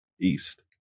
east